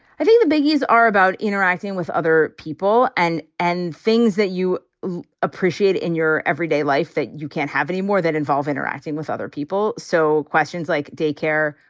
i think the biggies are about interacting with other people and and things that you appreciate in your everyday life that you can't have anymore that involve interacting with other people. so questions like daycare.